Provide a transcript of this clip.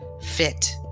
fit